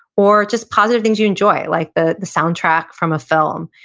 or just positive things you enjoy, like the the soundtrack from a film.